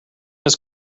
his